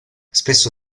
spesso